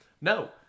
No